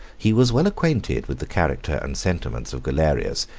he was well acquainted with the character and sentiments of galerius,